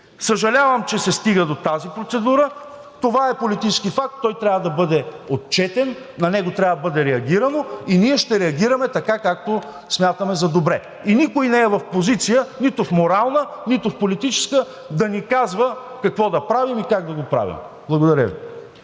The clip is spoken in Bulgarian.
Съжалявам, че се стига до тази процедура. Това е политически факт. Той трябва да бъде отчетен. На него трябва да бъде реагирано и ние ще реагираме така, както смятаме за добре. И никой не е в позиция – нито в морална, нито в политическа, да ни казва какво да правим и как да го правим. Благодаря Ви.